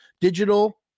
digital